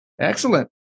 Excellent